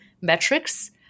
metrics